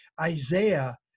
Isaiah